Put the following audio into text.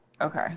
Okay